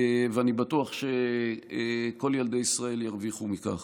ואני בטוח שכל ילדי ישראל ירוויחו מכך.